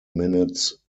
minutes